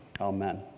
Amen